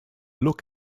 look